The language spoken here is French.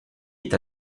est